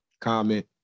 comment